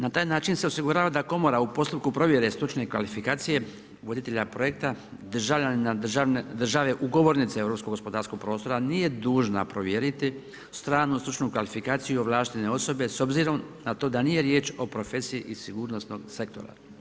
Na taj način se osigurava da komora u postupku provjere stručne kvalifikacije voditelja projekta, državljanina države ugovornice europskog gospodarskog prostora nije dužna provjeriti stranu stručnu kvalifikaciju ovlaštene osobe s obzirom na to da nije riječ o profesiji iz sigurnosnog sektora.